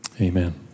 amen